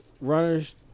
Runner's